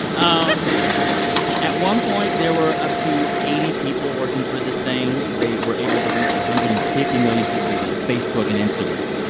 um um at one point, there were up to eighty people working for this thing. they were able to reach one hundred and fifty million people via facebook and instagram.